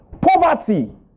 poverty